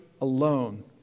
alone